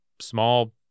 small